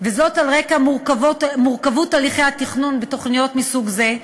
וזאת על רקע מורכבות הליכי התכנון בתוכניות מסוג זה.